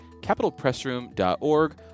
capitalpressroom.org